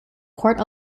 court